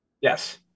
Yes